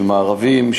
של מארבים,